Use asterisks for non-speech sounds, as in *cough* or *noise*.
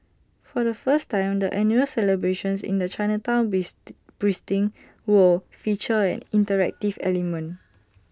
for the first time the annual celebrations in the Chinatown bees *noise* pristine will feature an interactive element